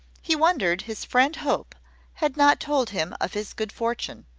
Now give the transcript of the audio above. he wondered his friend hope had not told him of his good fortune,